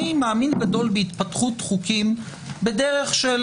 אני מאמין גדול בהתפתחות חוקים בדרך של